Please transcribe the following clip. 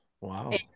wow